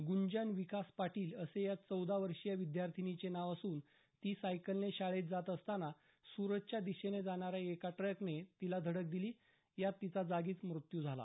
ग्रंजन विकास पाटील असे या चौदा वर्षीय विद्यार्थिनीचे नाव असून ती सायकलने शाळेत जात असताना सुरतच्या दिशेने जाणाऱ्या एका ट्रकने तिला धडक दिली यात तिचा जागीच मृत्यू झाला